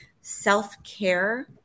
self-care